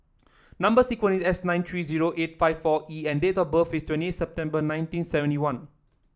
number sequence is S seven nine three zero eight five four E and date of birth is twenty eight September nineteen seventy one